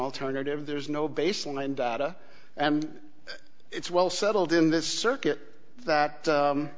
alternative there's no baseline data and it's well settled in this circuit that